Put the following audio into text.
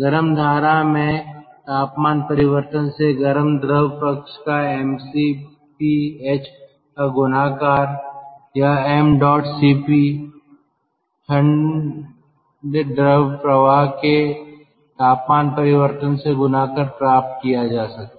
गर्म धारा में तापमान परिवर्तन से गर्म द्रव पक्ष का mcp h का गुणाकार या यह m dot cp ठंड द्रव प्रवाह के तापमान परिवर्तन से गुणा कर प्राप्त किया जा सकता है